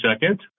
second